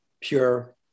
pure